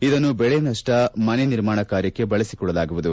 ಇದನ್ನು ಬೆಳೆ ನಷ್ಷ ಮನೆ ನಿರ್ಮಾಣ ಕಾರ್ಯಕ್ಕೆ ಬಳಸಿಕೊಳ್ಳಲಾಗುವುದು